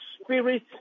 spirit